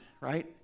right